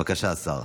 בבקשה, השר.